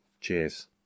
Cheers